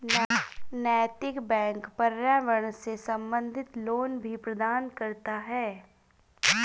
नैतिक बैंक पर्यावरण से संबंधित लोन भी प्रदान करता है